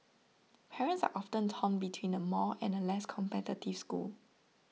parents are often torn between a more and a less competitive school